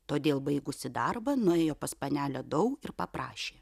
todėl baigusi darbą nuėjo pas panelę dau ir paprašė